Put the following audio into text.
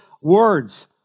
words